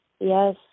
Yes